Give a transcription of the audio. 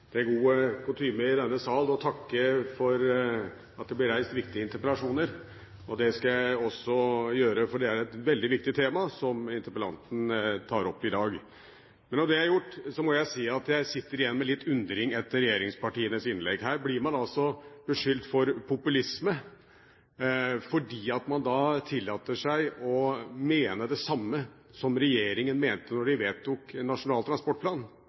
Det er god kutyme i denne sal å takke for at det blir reist viktige interpellasjoner, og det skal jeg også gjøre, for det er et veldig viktig tema som interpellanten tar opp i dag. Men når det er gjort, må jeg si at jeg sitter igjen med litt undring etter regjeringspartienes innlegg. Her blir man altså beskyldt for populisme fordi man tillater seg å mene det samme som regjeringen mente da man vedtok Nasjonal transportplan,